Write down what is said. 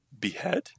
Behead